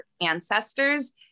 ancestors